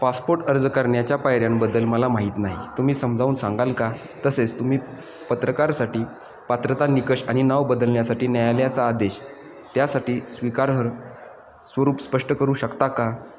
passport अर्ज करण्याच्या पायऱ्यांबद्दल मला माहीत नाही तुम्ही समजावून सांगाल का तसेच तुम्ही पत्रकारसाठी पात्रता निकष आणि नाव बदलण्यासाठी न्यायालयाचा आदेश त्यासाठी स्वीकारार्ह स्वरूप स्पष्ट करू शकता का